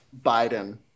Biden